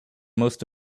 most